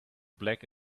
black